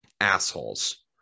assholes